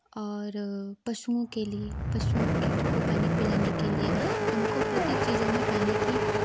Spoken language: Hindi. और पशुओं के लिए पशुओं के को पानी पिलाने के लिए हमको प्रत्येक चीज़ों में पानी की